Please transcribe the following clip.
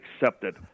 accepted